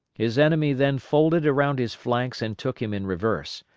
his enemy then folded around his flanks and took him in reverse,